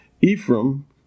Ephraim